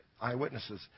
eyewitnesses